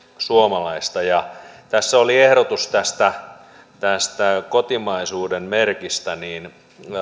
suomalaista kun tässä oli ehdotus tästä tästä kotimaisuuden merkistä niin